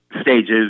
stages